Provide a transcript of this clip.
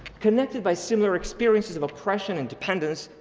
connected by similar experiences of oppression and dependence,